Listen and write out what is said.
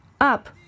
up